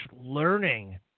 learning